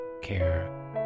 care